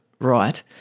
right